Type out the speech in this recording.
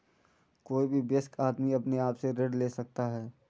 कोई भी वयस्क आदमी अपने आप से ऋण ले सकता है